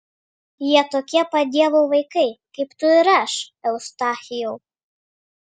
jie tokie pat dievo vaikai kaip tu ir aš eustachijau